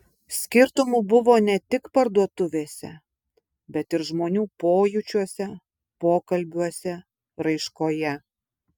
skirtumų buvo ne tik parduotuvėse bet ir žmonių pojūčiuose pokalbiuose raiškoje